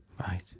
Right